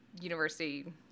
university